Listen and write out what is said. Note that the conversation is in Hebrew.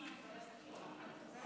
אני מתכבד להביא בפני הכנסת